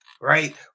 right